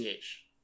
CH